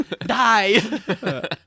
Die